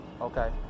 Okay